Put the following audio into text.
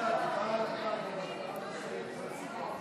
לוועדה את הצעת חוק העונשין (תיקון,